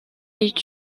est